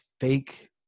fake